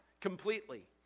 completely